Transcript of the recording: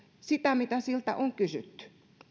sitä mitä siltä on kysytty